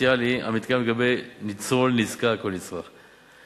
סוציאלי המתקיים לגבי ניצול נזקק או נצרך.